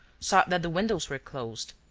saw that the windows were closed,